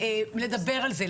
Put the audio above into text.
צריך לדבר על זה,